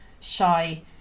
shy